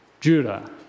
Judah